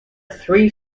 three